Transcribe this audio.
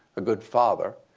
a good father,